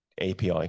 API